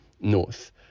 north